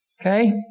Okay